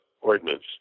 Ordinance